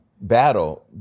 Battle